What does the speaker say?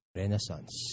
renaissance